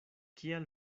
kial